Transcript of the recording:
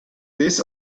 this